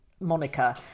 moniker